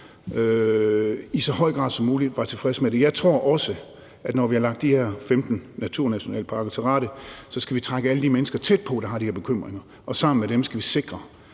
i så høj grad som muligt var tilfreds med det. Jeg tror også, at når vi har lagt de her 15 naturnationalparker til rette, så skal vi trække alle de mennesker, der har de her bekymringer, tæt på. Og sammen med dem skal vi sikre,